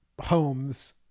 homes